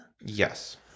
Yes